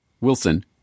Wilson